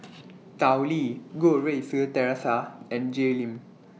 Tao Li Goh Rui Si Theresa and Jay Lim